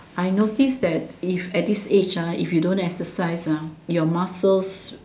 I notice that if at this age ah if you don't exercise ah your muscles